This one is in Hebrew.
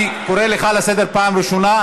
אני קורא אותך לסדר פעם ראשונה.